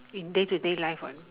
in day to day life what